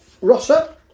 Rossa